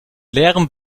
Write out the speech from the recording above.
leerem